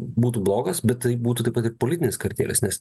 būtų blogas bet tai būtų tik politinis kartėlis nes